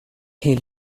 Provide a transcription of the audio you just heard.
hey